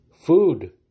Food